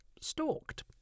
stalked